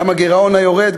גם הגירעון היורד,